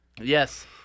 Yes